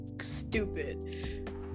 stupid